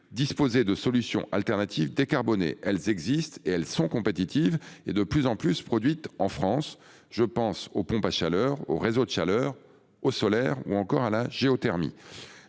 disposer de solutions de substitution décarbonées. Ces solutions existent, elles sont compétitives et elles sont de plus en plus produites en France ; je pense aux pompes à chaleur, aux réseaux de chaleur, au solaire ou encore à la géothermie.